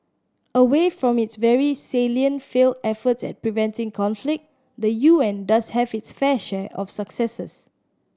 away from its very salient failed efforts at preventing conflict the U N does have its fair share of successes